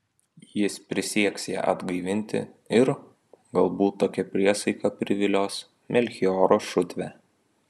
jis prisieks ją atgaivinti ir galbūt tokia priesaika privilios melchioro šutvę